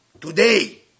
Today